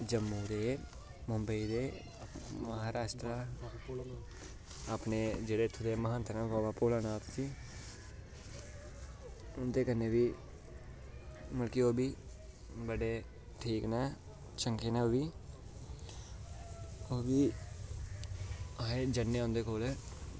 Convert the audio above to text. जम्मू दे मुंबई दे महाराष्ट्र जेह्ड़े इत्थै दे महंत न बाबा भोलानाथ जी उं'दे कन्नै बी मतलब कि ओह् बड़े ठीक न चंगे न ओह्बी अस औंदे जंदे थोह्ड़े